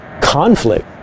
conflict